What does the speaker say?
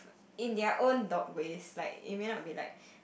in their own dog ways like it may not be like